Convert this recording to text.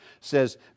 says